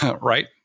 right